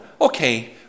okay